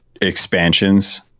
expansions